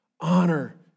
Honor